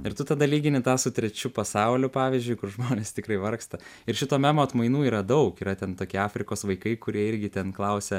ir tu tada lygini tą su trečiu pasauliu pavyzdžiui kur žmonės tikrai vargsta ir šito memo atmainų yra daug yra ten tokie afrikos vaikai kurie irgi ten klausia